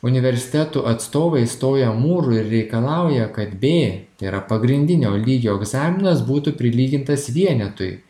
universitetų atstovai stoja mūru ir reikalauja kad b tai yra pagrindinio lygio egzaminas būtų prilygintas vienetui